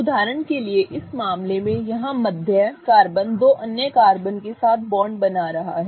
उदाहरण के लिए इस मामले में यहां मध्य कार्बन दो अन्य कार्बन के साथ दो बॉन्ड बना रहा है